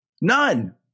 None